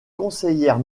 conseillère